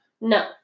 No